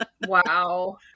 Wow